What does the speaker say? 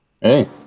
Hey